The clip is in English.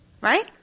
Right